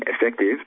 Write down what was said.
effective